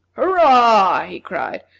hurrah! he cried,